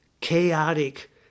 chaotic